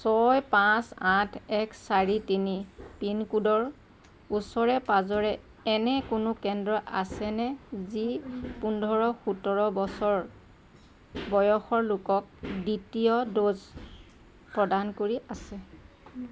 ছয় পাঁচ আঠ এক চাৰি তিনি পিনক'ডৰ ওচৰে পাঁজৰে এনে কোনো কেন্দ্ৰ আছেনে যি পোন্ধৰ সোতৰ বছৰ বয়সৰ লোকক দ্বিতীয় ড'জ প্ৰদান কৰি আছে